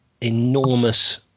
enormous